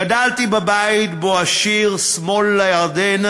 גדלתי בבית שבו השיר "שמאל הירדן"